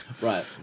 right